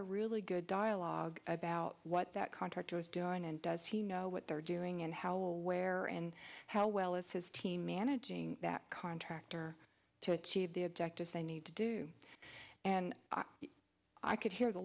of really good dialogue about what that contractor was doing and does he know what they're doing and how where and how well as his team managing that contractor to achieve the objectives they need to do and i could he